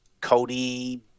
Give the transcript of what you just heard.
cody